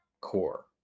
core